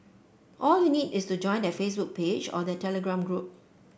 all you need is to join their Facebook page or their Telegram group